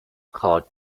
card